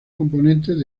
componentes